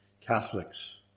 Catholics